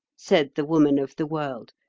said the woman of the world,